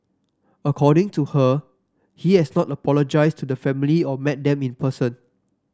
according to her he has not apologised to the family or met them in person